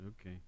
Okay